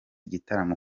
igitaramo